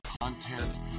content